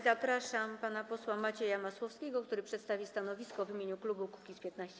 Zapraszam pana posła Macieja Masłowskiego, który przedstawi stanowisko w imieniu klubu Kukiz’15.